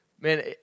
man